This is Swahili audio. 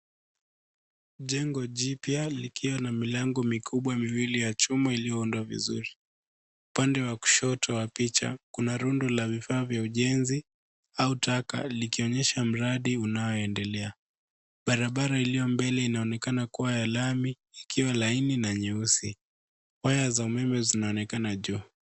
Jengo jipya, likiwa na milango mikubwa miwili ya chuma iliyoundwa vizuri. Upande wa kushoto wa picha, kuna rundo la vifaa vya ujenzi au taka, likionyesha mradi unaoendelea. Barabara iliyo mbele inaonekana kuwa ya lami, ikiwa laini na nyeusi. Waya za umeme zinaonekana juu.